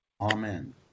Amen